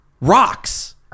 Rocks